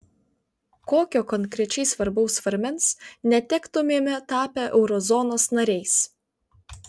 kokio konkrečiai svarbaus svarmens netektumėme tapę eurozonos nariais